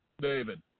David